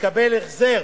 לקבל החזר,